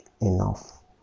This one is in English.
enough